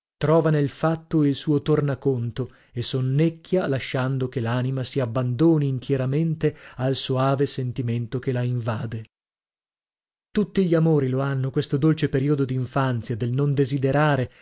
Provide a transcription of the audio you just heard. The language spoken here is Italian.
trova nel fatto il suo tornaconto e sonnecchia lasciando che l'anima si abbandoni intieramente al soave sentimento che la invade tutti gli amori lo hanno questo dolce periodo d'infanzia del non desiderare